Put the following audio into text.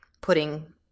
putting